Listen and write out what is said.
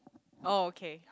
oh okay